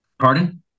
Pardon